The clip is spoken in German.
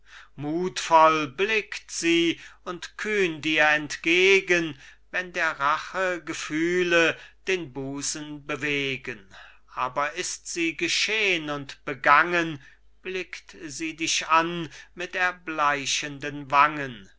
muthvoll blickt sie und kühn dir entgegen wenn der rache gefühle den busen bewegen aber ist sie geschehn und begangen blickt sie dich an mit erbleichenden wangen